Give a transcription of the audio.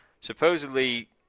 supposedly